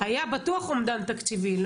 היה בטוח אומדן תקציבי,